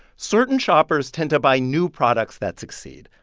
certain shoppers tend to buy new products that succeed.